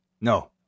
No